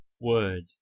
Word